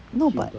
no but